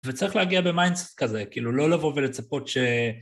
וצריך להגיע במיינדסט כזה, כאילו, לא לבוא ולצפות ש...